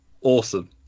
Awesome